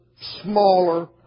smaller